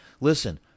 listen